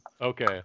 okay